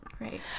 Right